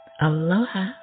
Aloha